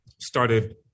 Started